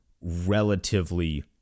relatively